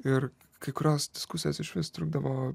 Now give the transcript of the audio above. ir kai kurios diskusijos išvis trukdavo